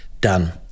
done